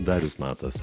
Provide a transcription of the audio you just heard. darius matas